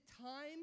time